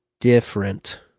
different